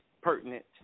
pertinent